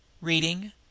Reading